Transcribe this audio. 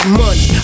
money